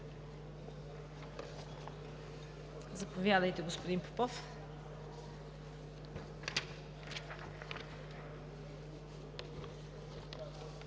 Заповядайте, господин Попов.